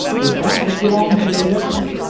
with that, let's get on with today's episode